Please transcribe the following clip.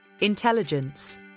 intelligence